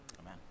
Amen